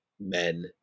men